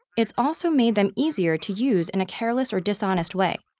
it's also made them easier to use in a careless or dishonest way.